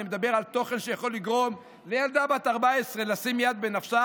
אני מדבר על תוכן שיכול לגרום לילדה בת 14 לשלוח יד בנפשה,